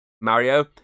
Mario